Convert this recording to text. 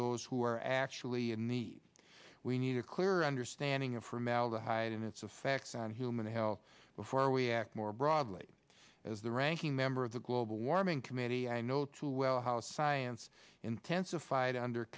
those who are actually in the we need a clearer understanding of formaldehyde and its effects on human health before we act more broadly as the ranking member of the global warming committee i know too well how science intensified under